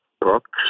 Brooks